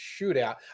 shootout